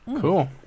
Cool